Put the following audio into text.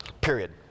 period